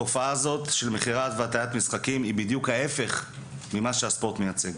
אבל התופעה של מכירת והטיית משחקים היא בדיוק ההיפך ממה שהספורט מייצג.